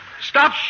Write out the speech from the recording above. stop